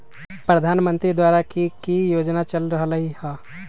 प्रधानमंत्री द्वारा की की योजना चल रहलई ह?